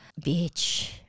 bitch